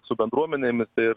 su bendruomenėmis tai